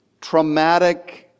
traumatic